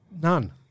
None